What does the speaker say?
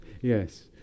Yes